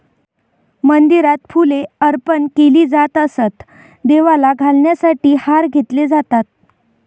मंदिरात फुले अर्पण केली जात असत, देवाला घालण्यासाठी हार घातले जातात